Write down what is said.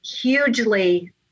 hugely